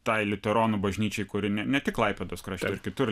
tai liuteronų bažnyčiai kuri ne tik klaipėdos krašte ir kitur